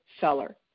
seller